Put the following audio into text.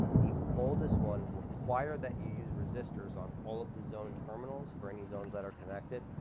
the oldest one required that you use resistors on all of the zone terminals for any zones that are connected.